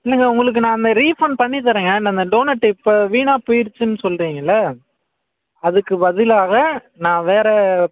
இல்லைங்க உங்களுக்கு நான் அந்த ரீஃபண்ட் பண்ணி தரேங்க ந அந்த டோனட்டு இப்போ வீணா போயிருச்சுன்னு சொல்றீங்கள்லை அதுக்கு பதிலாக நான் வேறு